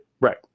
Right